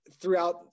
throughout